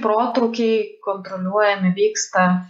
protrūkiai kontroliuojami vyksta